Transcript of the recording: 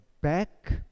back